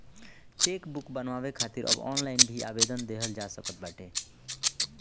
chequebook बनवावे खातिर अब ऑनलाइन भी आवेदन देहल जा सकत बाटे